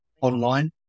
online